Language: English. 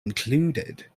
included